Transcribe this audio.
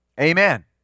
Amen